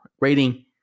rating